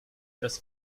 das